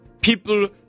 people